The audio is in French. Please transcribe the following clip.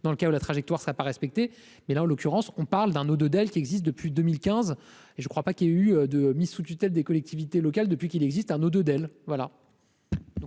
dans le cas où la trajectoire serait pas respecté mais là en l'occurrence, on parle d'un ou de Dell, qui existe depuis 2015 et je ne crois pas qu'il y ait eu de mise sous tutelle des collectivités locales depuis qu'il existe un de